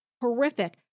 horrific